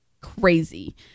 crazy